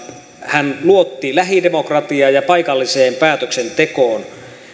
hän luotti lähidemokratiaan ja paikalliseen päätöksentekoon